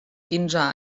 quinze